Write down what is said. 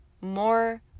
More